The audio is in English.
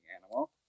animal